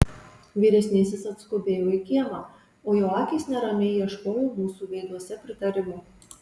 vyresnysis atskubėjo į kiemą o jo akys neramiai ieškojo mūsų veiduose pritarimo